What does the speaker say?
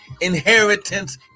inheritance